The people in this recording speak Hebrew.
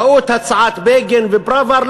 ראו את הצעת בגין ופראוור,